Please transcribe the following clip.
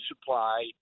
supply